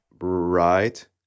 Right